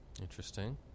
Interesting